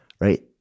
right